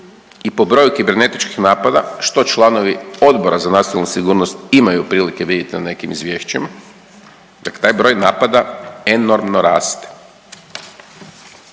i po broju kibernetičkih napada što članovi Odbora za nacionalnu sigurnost imaju prilike vidjeti na nekim izvješćima, dakle taj broj napada enormno raste.